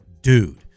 dude